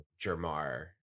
Jermar